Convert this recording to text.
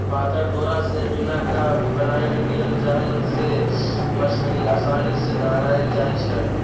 पातर डोरा से बिन क बनाएल गेल जाल से मछड़ी असानी से धएल जाइ छै